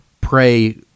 pray